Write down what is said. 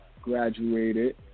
Graduated